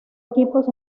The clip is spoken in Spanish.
equipos